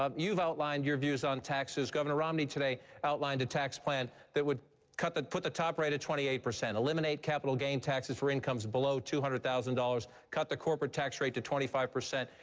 um you've outlined your views on taxes. governor romney today outlined a tax plan that would cut the put the top rate at twenty eight percent, eliminate capital gain taxes for incomes below two hundred thousand dollars, cut the corporate tax rate to twenty five percent.